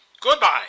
Goodbye